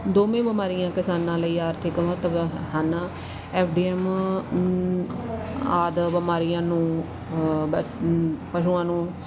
ਦੋਵੇਂ ਬਿਮਾਰੀਆਂ ਕਿਸਾਨਾਂ ਲਈ ਆਰਥਿਕ ਮਹੱਤਵ ਹਨ ਐਫ ਡੀ ਐਮ ਆਦਿ ਬਿਮਾਰੀਆਂ ਨੂੰ ਬ ਪਸ਼ੂਆਂ ਨੂੰ